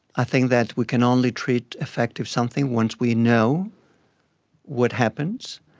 i think that we can only treat effectively something once we know what happens,